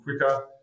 quicker